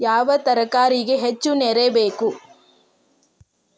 ಯಾವ ತರಕಾರಿಗೆ ಹೆಚ್ಚು ನೇರು ಬೇಕು?